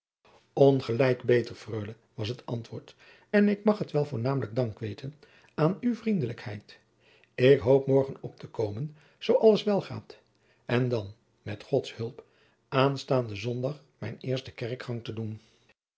ongelijk beter freule was het antwoord en ik mag het wel voornamelijk dankweten aan oe vriendelijkheid ik hoop morgen op te komen zoo alles welgaôt en dan met gods hulp aanstaônden zundag mijn eersten kerkgang te doen